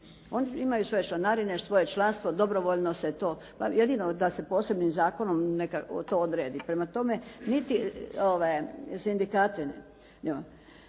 Oni imaju svoje članarine, svoje članstvo, dobrovoljno se to. Jedino da se posebnim zakonom to odredi. Prema tome, niti sindikati.